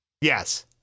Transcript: Yes